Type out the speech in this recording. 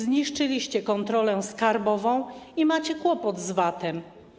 Zniszczyliście kontrolę skarbową i macie kłopot z VAT-em.